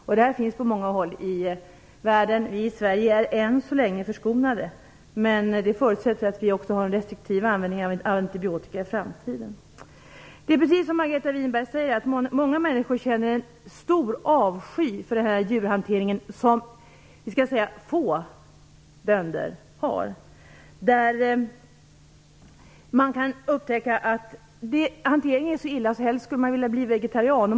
Sådana finns på många håll i världen. I Sverige är vi än så länge förskonade, och om vi skall vara det även i framtiden måste vi ha en restriktiv användning av antibiotika. Det är precis som Margareta Winberg säger att många människor känner en stor avsky inför den här djurhanteringen hos ett fåtal bönder. Djurhanteringen är där så dålig, att man helst skulle vilja bli vegetarian.